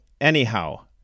anyhow